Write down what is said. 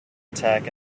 attack